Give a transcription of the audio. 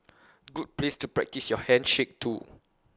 good place to practise your handshake too